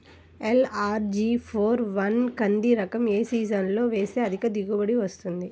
LRG four one కంది రకం ఏ సీజన్లో వేస్తె అధిక దిగుబడి వస్తుంది?